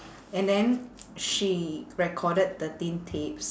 and then she recorded thirteen tapes